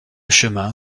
chemin